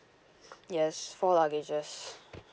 yes four luggages